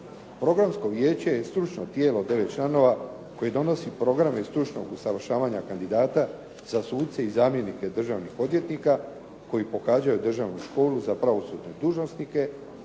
Programsko vijeće je stručno tijelo od 9 članova koje donosi programe iz stručnog usavršavanja kandidata za suce i zamjenike državnih odvjetnika koji pohađaju državnu školu za pravosudne dužnosnike